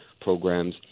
programs